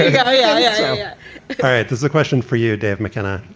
yeah yeah. yeah all right. there's a question for you, dave mckenna,